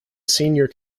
senior